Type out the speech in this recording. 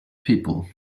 people